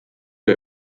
der